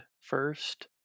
first